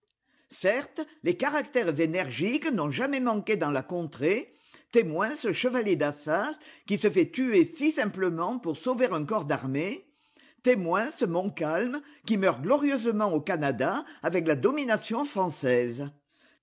certes les caractères énergiques n'ont jamais manqué dans la contrée témoin ce chevalier d'assas qui se fait tuer si simplement pour sauver un corps d'armée témoin ce montcalm qui meurt glorieusement au canada avec la domination française